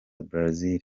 brazil